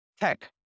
tech